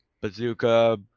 bazooka